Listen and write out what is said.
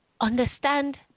understand